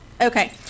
Okay